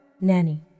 Nanny